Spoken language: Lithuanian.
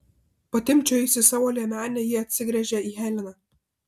patimpčiojusi savo liemenę ji atsigręžia į heleną